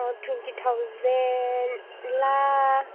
twenty थाउजेन्डब्ला